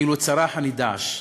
כאילו צרח עליהם "דאעש".